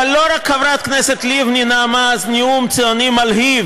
אבל לא רק חברת הכנסת לבני נאמה אז נאום ציוני מלהיב